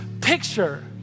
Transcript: picture